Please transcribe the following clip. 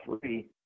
three